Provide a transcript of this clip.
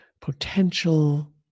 potential